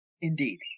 Indeed